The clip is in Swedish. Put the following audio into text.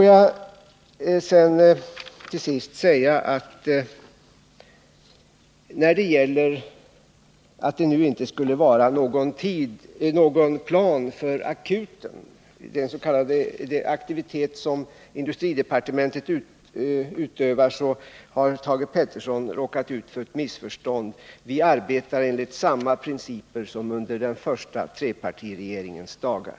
Jag vill till sist kommentera påståendet att det inte skulle finnas någon plan för den s.k. akuten, den aktivitet som industridepartementet utövar. Här har Thage Peterson råkat ut för ett missförstånd. Vi arbetar enligt samma principer som under den första trepartiregeringens dagar.